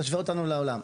תשווה אותנו לעולם,